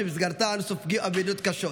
שבמסגרתה אנו סופגים אבדות קשות.